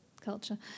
culture